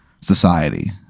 society